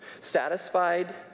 satisfied